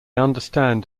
understand